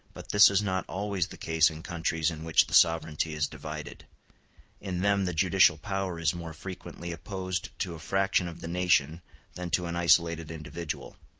but this is not always the case in countries in which the sovereignty is divided in them the judicial power is more frequently opposed to a fraction of the nation than to an isolated individual,